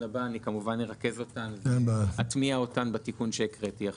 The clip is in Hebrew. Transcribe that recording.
הבא אני ארכז אותן ואטמיע בתיקון שהקראתי עכשיו.